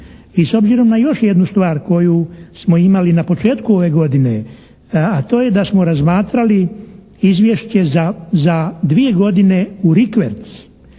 i s obzirom na još jednu stvar koju smo imali na početku ove godine a to je da smo razmatrali izvješće za dvije godine u rikverc